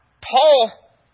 Paul